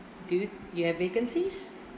do you you have vacancies